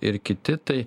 ir kiti tai